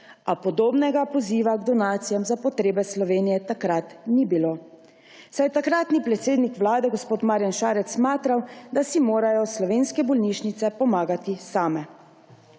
A podobnega poziva k donacijam za potrebe Slovenije takrat ni bilo, saj je takratni predsednik vlade gospod Marjan Šarec smatral, da si morajo slovenske bolnišnice pomagati same.